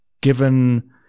given